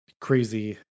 crazy